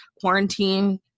quarantine